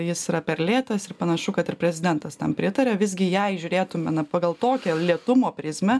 jis yra per lėtas ir panašu kad ir prezidentas tam pritaria visgi jei žiūrėtume na pagal tokią lėtumo prizmę